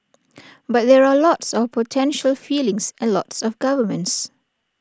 but there are lots of potential feelings and lots of governments